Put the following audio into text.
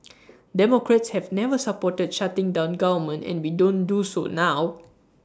democrats have never supported shutting down government and we don't do so now